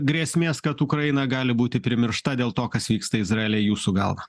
grėsmės kad ukraina gali būti primiršta dėl to kas vyksta izraelyje jūsų galva